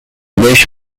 beş